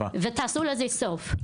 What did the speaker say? ותעשו לזה סוף.